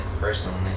personally